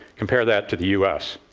compare that to the u s.